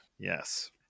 Yes